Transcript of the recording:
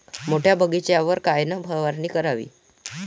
मोठ्या बगीचावर कायन फवारनी करावी?